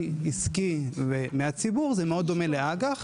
עסקי מהציבור זה מאוד דומה לאג"ח,